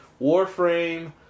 Warframe